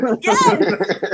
Yes